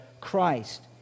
Christ